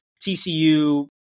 TCU